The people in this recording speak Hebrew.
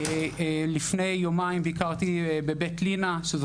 לפני יומיים ביקרתי בבית לינה שזו